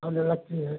ठंड लगती है